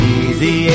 easy